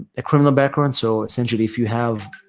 a criminal background. so, essentially, if you have